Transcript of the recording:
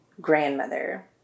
grandmother